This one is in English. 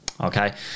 okay